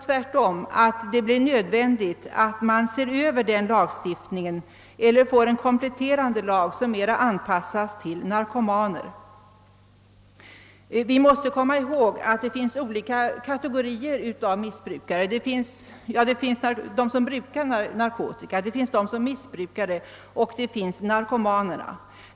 Tvärtom tror jag det blir nödvändigt att se över den eller att få en kompletterande lag som mer anpassas till narkomaner. Vi måste komma ihåg att det finns olika kategorier av missbrukare — de som brukar narkotika, missbrukarna och narkomanerna.